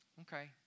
Okay